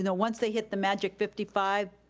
and once they hit the magic fifty five,